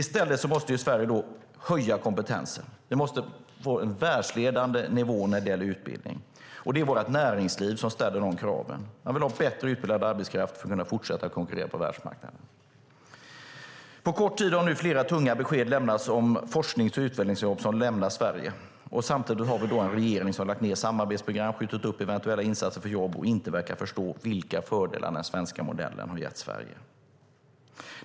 I stället måste Sverige höja kompetensen. Vi måste vara världsledande när det gäller nivån på utbildningen. Det är vårt näringsliv som ställer det kravet. Man vill ha bättre utbildad arbetskraft för att kunna fortsätta konkurrera på världsmarknaden. På kort tid har nu flera tunga besked lämnats om forsknings och utbildningsjobb som kommer att lämna Sverige. Samtidigt har vi en regering som har lagt ned samarbetsprogram och skjutit upp eventuella insatser för jobb och som inte verkar förstå vilka fördelar den svenska modellen har gett Sverige.